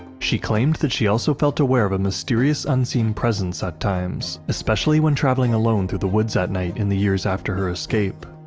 she claimed that she also felt aware of a mysterious unseen presence at times, especially when travelling alone through the woods at night in the years after her escape.